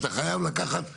אתה חייב לקחת סיכונים.